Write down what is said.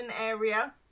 area